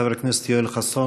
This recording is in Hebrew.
חבר הכנסת יואל חסון,